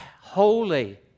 holy